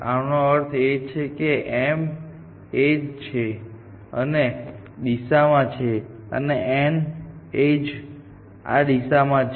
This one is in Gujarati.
આનો અર્થ એ છે કે m એજ આ દિશામાં છે અને n એજ આ દિશામાં છે